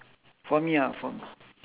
for me ah for me